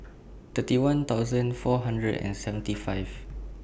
thirty one thousand four hundred and seventy five